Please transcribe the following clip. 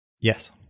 Yes